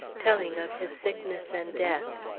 telling of his sickness and death.